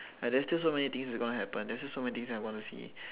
and there's still so many things that gonna happen there's so many things I want to see